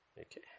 Okay